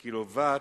קילוואט.